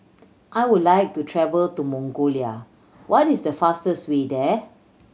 I would like to travel to Mongolia what is the fastest way there